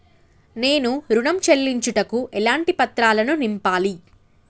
నేను ఋణం చెల్లించుటకు ఎలాంటి పత్రాలను నింపాలి?